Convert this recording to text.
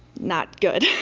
not good.